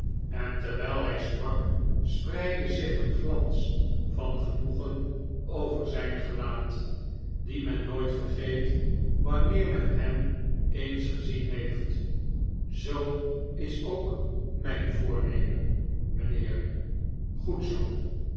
en terwijl hij sprak spreidde zich een glans van genoegen over zyn gelaat dien men nooit vergeet wanneer men hem eens gezien heeft zoo is ook mijn voomemen mijnheer goed zoo